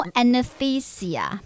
anesthesia